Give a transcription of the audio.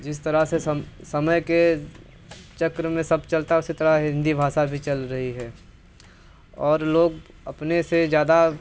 जिस तरह से समय समय के चक्र में सब चलता उसी तरह हिंदी भाषा भी चल रही है और लोग अपने से ज़्यादा